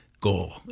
goal